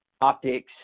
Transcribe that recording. optics